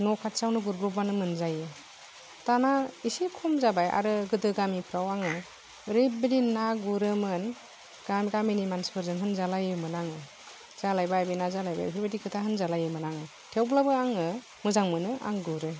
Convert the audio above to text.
न' खाथियावनो गुरब्रबबानो मोनजायो दाना एसे खम जाबाय आरो गोदो गामिफ्राव आङो ओरैबायदि ना गुरोमोन गामिनि मानसिफोरजों होनजालायोमोन आङो जालायबाय बेना जालायबाय बेफोरबायदि खोथा होनजालायोमोन आङो थेवब्लाबो आङो मोजां मोनो आं गुरो